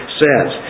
says